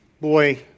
boy